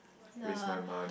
the